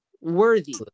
Worthy